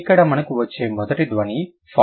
ఇక్కడ మనకు వచ్చే మొదటి ధ్వని ఫా